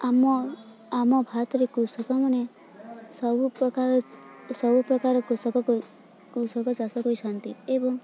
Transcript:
ଆମ ଆମ ଭାତରେ କୃଷକମାନେ ସବୁ ପ୍ରକାର ସବୁ ପ୍ରକାର କୃଷକ କୃଷକ ଚାଷ କରିଥାନ୍ତି ଏବଂ